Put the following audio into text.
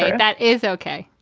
that is ok.